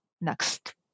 next